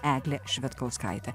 eglė švedkauskaitė